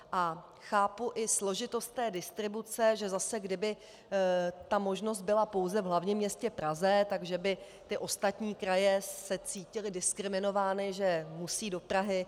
A chápu i složitost distribuce, že zase kdyby ta možnost byla pouze v hlavním městě Praze, tak že by se ostatní kraje cítily diskriminovány, že musí do Prahy.